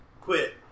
Quit